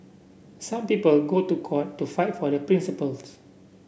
some people go to court to fight for their principles